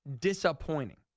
disappointing